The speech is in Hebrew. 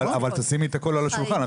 אז תשימי הכול על השולחן,